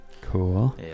Cool